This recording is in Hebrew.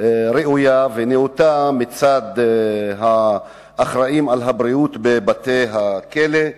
ראויה ונאותה מצד האחראים לבריאות בבתי-הכלא,